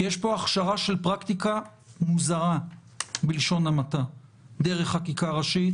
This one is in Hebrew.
כי יש פה הכשרה של פרקטיקה מוזרה בלשון המעטה דרך חקיקה ראשית,